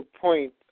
point